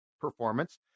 performance